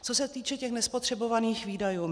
Co se týče těch nespotřebovaných výdajů.